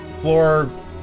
floor